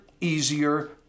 easier